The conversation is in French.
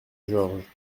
georges